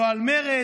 לא על מרצ,